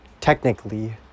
technically